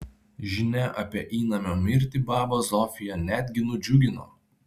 žinia apie įnamio mirtį babą zofiją netgi nudžiugino